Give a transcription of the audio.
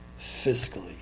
fiscally